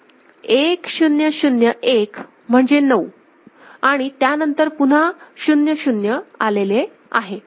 तर1 0 0 1 म्हणजे 9 आणि त्यानंतर पुन्हा शून्य आलेले आहे